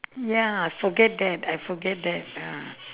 ya forget that I forget that ah